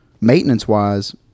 maintenance-wise